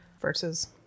Versus